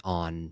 on